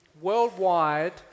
worldwide